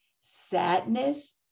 sadness